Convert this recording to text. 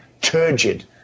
turgid